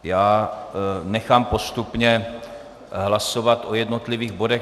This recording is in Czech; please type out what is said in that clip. Já nechám postupně hlasovat o jednotlivých bodech.